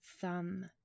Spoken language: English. thumb